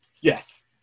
Yes